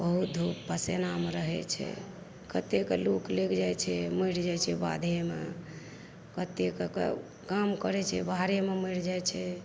बहुत धूप पसेनामे रहैत छै कत्तेके लू लगि जाइत छै मरि जाइत छै बाधेमे कत्तेके काम करैत छै बाहरेमे मरि जाइत छै